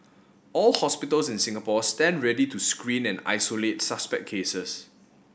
all hospitals in Singapore stand ready to screen and isolate suspect cases